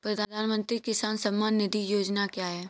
प्रधानमंत्री किसान सम्मान निधि योजना क्या है?